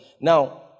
Now